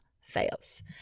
fails